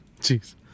Jeez